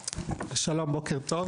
שלום בוקר טוב.